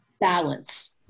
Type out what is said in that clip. balance